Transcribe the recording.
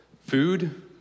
food